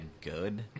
good